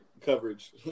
coverage